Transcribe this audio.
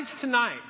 tonight